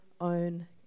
Own